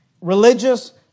religious